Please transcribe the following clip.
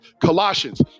Colossians